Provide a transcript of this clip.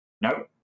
no